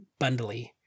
bundly